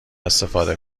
استفاده